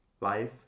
life